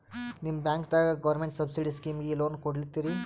ನಿಮ ಬ್ಯಾಂಕದಾಗ government subsidy ಸ್ಕೀಮಿಗಿ ಲೊನ ಕೊಡ್ಲತ್ತೀರಿ?